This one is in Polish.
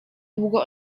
długo